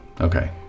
Okay